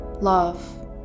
love